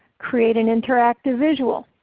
create an interactive visual,